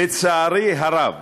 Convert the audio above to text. לצערי הרב,